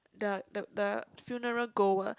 the the the funeral goer